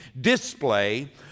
display